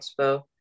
Expo